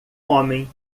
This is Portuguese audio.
homem